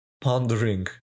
pondering